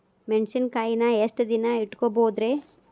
ಮೆಣಸಿನಕಾಯಿನಾ ಎಷ್ಟ ದಿನ ಇಟ್ಕೋಬೊದ್ರೇ?